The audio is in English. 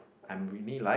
I'm really like